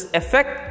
effect